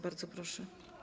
Bardzo proszę.